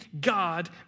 God